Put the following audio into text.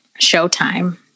showtime